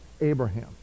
Abraham